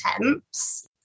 attempts